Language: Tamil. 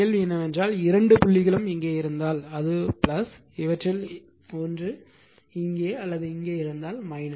எனவே கேள்வி என்னவென்றால் இரண்டு புள்ளிகளும் இங்கே இருந்தால் அது இவற்றில் ஒன்று இங்கே அல்லது இங்கே இருந்தால்